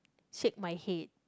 shake my head